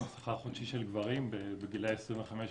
השכר החודשי של גברים בגילאי 64-25,